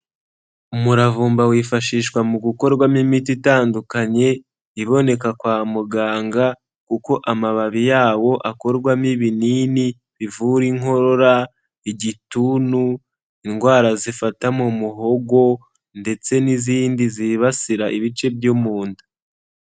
Umuravumba wifashishwa mu gukorwamo imiti itandukanye, iboneka kwa muganga kuko amababi yawo akorwamo ibinini, bivura inkorora, igituntu, indwara zifata mu muhogo ndetse n'izindi zibasira ibice byo mu nda.